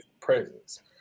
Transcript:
presence